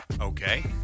Okay